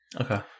Okay